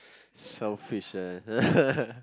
selfish ah